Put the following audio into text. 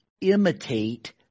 imitate